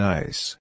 Nice